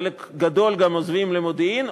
חלק גדול גם עוזבים למודיעין,